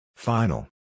Final